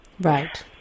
Right